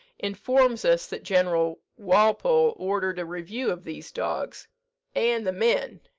informs us that general walpole ordered a review of these dogs and the men,